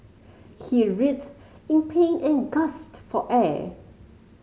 he writhed in pain and gasped for air